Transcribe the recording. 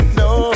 no